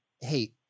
Hey